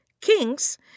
Kings